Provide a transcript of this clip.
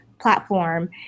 platform